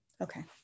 Okay